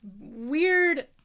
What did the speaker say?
weird